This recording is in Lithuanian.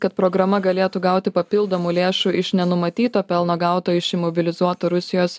kad programa galėtų gauti papildomų lėšų iš nenumatyto pelno gauto iš imobilizuotų rusijos